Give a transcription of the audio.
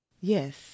Yes